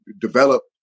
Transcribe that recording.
develop